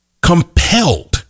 compelled